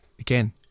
again